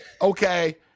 Okay